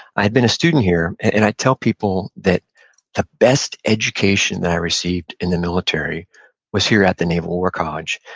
i had been a student here, and i tell people that the best education that i received in the military was here at naval war college,